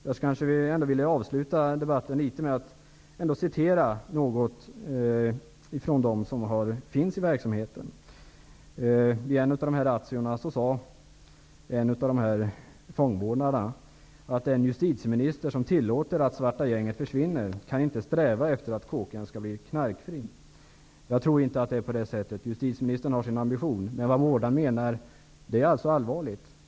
Jag vill avsluta debatten med att citera något av vad de som finns i verksamheten säger. Vid en av razziorna sade en av fångvårdarna: ''Den justitieminister som tillåter att `Svarta gänget` försvinner kan inte sträva efter att kåken ska bli knarkfri --'' Jag tror inte att det är på det sättet. Justitieministern har en ambition. Men vad vårdaren menar är allvarligt.